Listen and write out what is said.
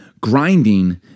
Grinding